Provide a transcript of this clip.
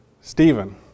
Stephen